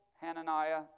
Hananiah